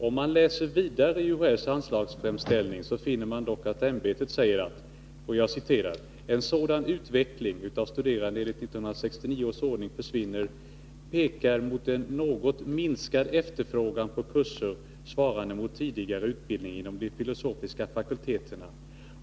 Om man läser vidare i UHÄ:s anslagsframställning finner man dock att ämbetet säger: ”En sådan utveckling” — att studerande enligt 1969 års ordning försvinner — ”pekar mot en något minskad efterfrågan på kurser svarande mot tidigare utbildning inom de filosofiska fakulteterna.